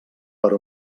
per